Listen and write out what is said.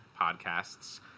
podcasts